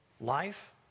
life